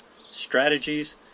strategies